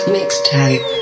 Mixtape